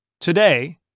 Today